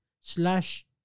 slash